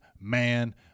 man